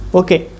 okay